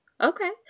Okay